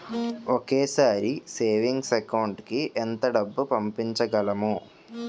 ఒకేసారి savings account కి ఎంత డబ్బు పంపించగలము?